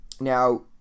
Now